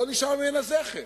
לא נשאר ממנה זכר.